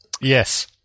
Yes